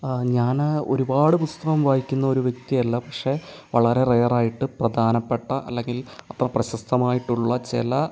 ആ ഞാൻ ഒരുപാട് പുസ്തകം വായിക്കുന്ന ഒരു വ്യക്തിയല്ല പക്ഷേ വളരെ റെയർ ആയിട്ട് പ്രധാനപ്പെട്ട അല്ലെങ്കിൽ അത്ര പ്രശസ്തമായിട്ടുള്ള ചില